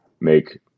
make